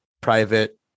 private